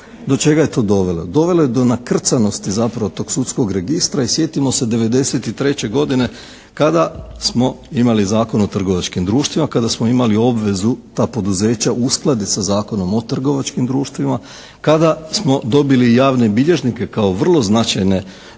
Do čega je to dovelo? Dovelo je do nakrcanosti zapravo tog sudskog registra i sjetimo se '93. godine kada smo imali Zakon o trgovačkim društvima, kada smo imali obvezu ta poduzeća uskladiti sa Zakonom o trgovačkim društvima, kada smo dobili javne bilježnike kao vrlo značajne